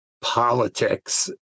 politics